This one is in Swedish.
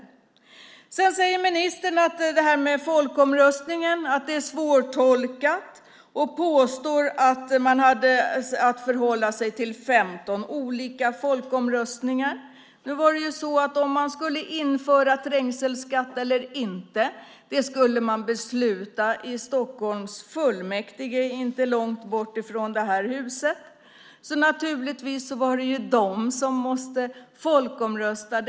Ministern säger också att resultatet av folkomröstningen är svårtolkat och påstår att man hade att förhålla sig till 15 olika folkomröstningar. Nu var det så att ett införande eller inte av trängselskatt skulle beslutas i Stockholms fullmäktige, som sitter inte långt från detta hus, så naturligtvis skulle stockholmarna vara de som folkomröstade.